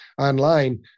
online